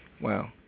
Wow